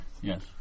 Yes